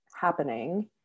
happening